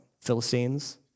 Philistines